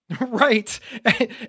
Right